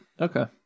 Okay